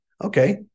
okay